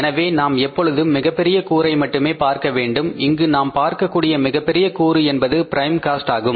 எனவே நான் எப்பொழுதும் மிகப்பெரிய கூரை மட்டுமே பார்க்க வேண்டும் இங்கு நாம் பார்க்கக் கூடிய மிகப்பெரிய கூறு என்பது ப்ரைம் காஸ்ட் ஆகும்